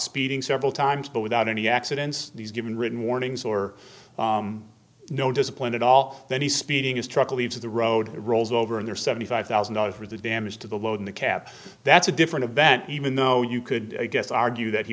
speeding several times but without any accidents he's given written warnings or no discipline at all then he speeding his truck leaves the road rolls over and there's seventy five thousand dollars for the damage to the load in the cab that's a different event even though you could i guess argue that he